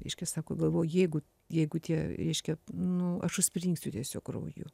reiškia sako galvo jeigu jeigu tie reiškia nu aš užspringsiu tiesiog krauju